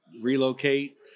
relocate